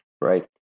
right